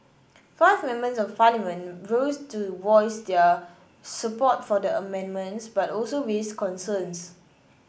five Members of Parliament rose to voice their support for the amendments but also raised concerns